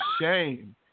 shame